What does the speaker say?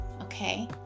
okay